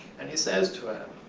and he says to him,